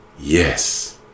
yes